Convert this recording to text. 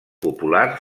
popular